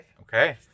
Okay